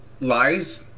lies